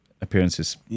appearances